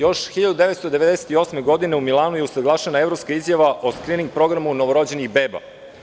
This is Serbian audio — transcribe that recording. Još 1998. godine u Milanu je usaglašena Evropska izjava o skrining programu novorođenih beba.